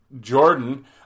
Jordan